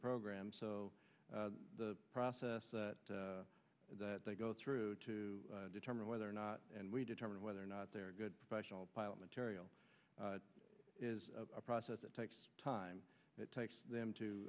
program so the process that they go through to determine whether or not and we determine whether or not they're a good professional pilot material is a process that takes time it takes them